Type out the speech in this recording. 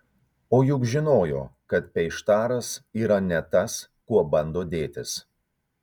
o juk žinojo kad peištaras yra ne tas kuo bando dėtis